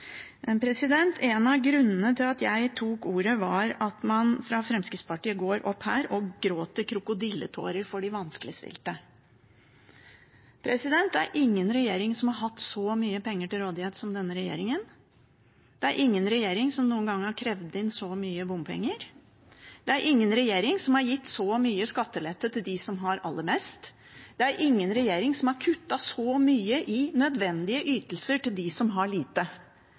En av grunnene til at jeg tok ordet, var at man fra Fremskrittspartiet går opp hit og gråter krokodilletårer for de vanskeligstilte. Det er ingen regjering som har hatt så mye penger til rådighet som denne regjeringen. Det er ingen regjering som noen gang har krevd inn så mye bompenger. Det er ingen regjering som har gitt så mye skattelette til dem som har aller mest. Det er ingen regjering som har kuttet så mye i nødvendige ytelser til dem som har lite.